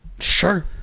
Sure